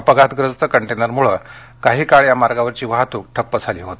अपघातग्रस्त कंटेनरमुळे काही काळ या मार्गावरची वाहतूक ठप्प झाली होती